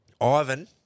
Ivan